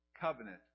covenant